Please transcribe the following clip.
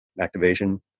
activation